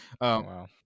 wow